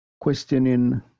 questioning